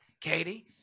Katie